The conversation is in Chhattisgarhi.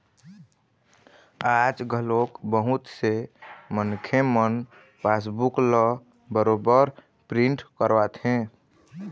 आज घलोक बहुत से मनखे मन पासबूक ल बरोबर प्रिंट करवाथे